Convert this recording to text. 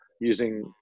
using